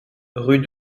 rue